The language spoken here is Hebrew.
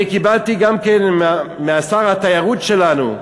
אני קיבלתי גם כן משר התיירות שלנו לשעבר,